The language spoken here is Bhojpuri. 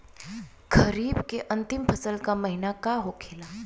खरीफ के अंतिम फसल का महीना का होखेला?